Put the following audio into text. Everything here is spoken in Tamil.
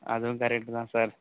அதுவும் கரெக்ட்டு தான் சார்